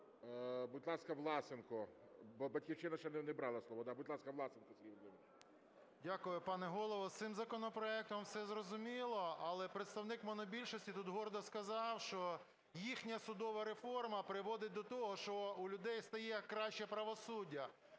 Будь ласка, Власенко, бо "Батьківщина" ще не брала слово. Будь ласка, Власенко Сергій Володимирович. 13:08:10 ВЛАСЕНКО С.В. Дякую, пане Голово. З цим законопроектом все зрозуміло, але представник монобільшості тут гордо сказав, що їхня судова реформа приводить до того, що у людей стає краще правосуддя.